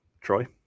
Troy